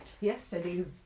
yesterday's